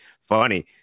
funny